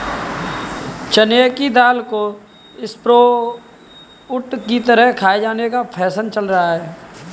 चने की दाल को स्प्रोउट की तरह खाये जाने का फैशन चल रहा है